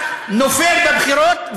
נופל בבחירות,